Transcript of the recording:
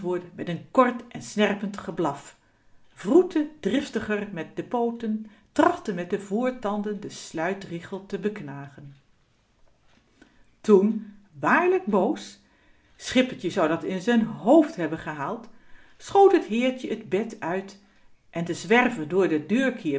met n kort en snerpend geblaf wroette driftiger met de pooten trachtte met de voortanden den sluitrichel te beknagen toen waarlijk boos schippertje zou dat in z'n hoofd hebben gehaald schoot t heertje t bed uit en den zwerver door den deur